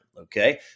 okay